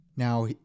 Now